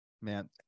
Man